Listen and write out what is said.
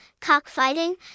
cockfighting